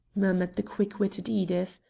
murmured the quick-witted edith.